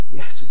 yes